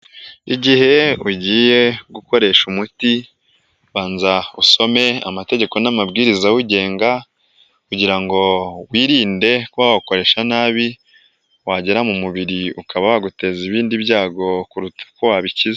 Igihe ugiye gukoresha umuti, banza usome amategeko n'amabwiriza awugenga kugira ngo wirinde kuwukoresha nabi. Wagera mu mubiri ukaba waguteza ibindi byago kuruta uko wabikiza.